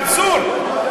זה אבסורד.